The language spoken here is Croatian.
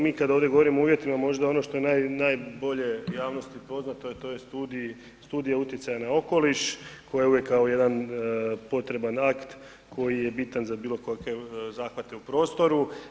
Mi kad ovdje govorimo o uvjetima možda ono što je najbolje javnosti poznato a to je studija utjecaja na okoliš koja je uvijek kao jedan potreban akt koji je bitan za bilo kakve zahvate u prostoru.